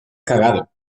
cagado